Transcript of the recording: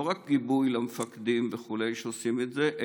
לא רק גיבוי למפקדים וכו' שעושים את זה,